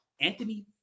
Anthony